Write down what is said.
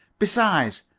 besides,